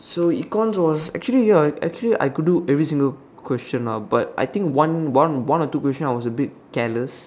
so econs was actually ya actually I could do every single question lah but I think one one one or two question I was a bit careless